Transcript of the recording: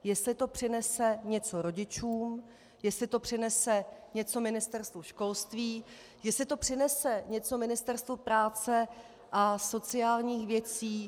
Jestli to přinese něco rodičům, jestli to přinese něco Ministerstvu školství, jestli to přinese něco Ministerstvu práce a sociálních věcí.